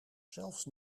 zelfs